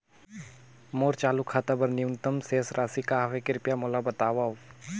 मोर चालू खाता बर न्यूनतम शेष राशि का हवे, कृपया मोला बतावव